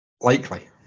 Likely